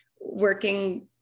working